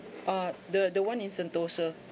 ah the the [one] in sentosa